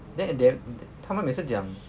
then and then 他们每次讲